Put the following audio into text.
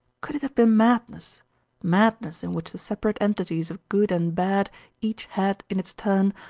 could it have been madness madness in which the separate entities of good and bad each had, in its turn,